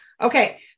Okay